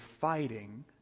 fighting